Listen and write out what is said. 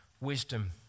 wisdom